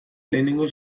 lehenengo